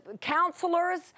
counselors